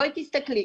בואי תסתכלי,